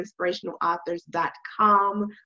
inspirationalauthors.com